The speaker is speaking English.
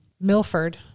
Milford